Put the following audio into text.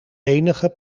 enige